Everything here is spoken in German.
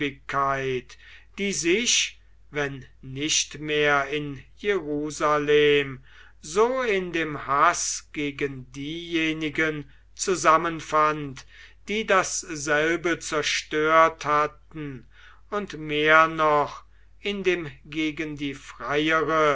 die sich wenn nicht mehr in jerusalem so in dem haß gegen diejenigen zusammenfand die dasselbe zerstört hatten und mehr noch in dem gegen die freiere